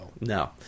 No